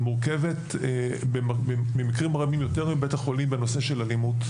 ומורכבת במקרים רבים יותר מבית החולים בנושא של אלימות.